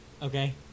Okay